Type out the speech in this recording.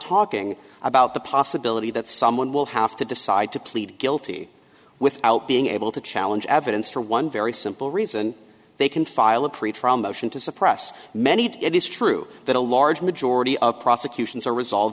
talking about the possibility that someone will have to decide to plead guilty without being able to challenge evidence for one very simple reason they can file a pretrial motion to suppress many it is true that a large majority of prosecutions are resolve